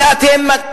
ואתם,